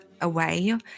away